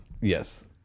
Yes